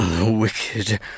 Wicked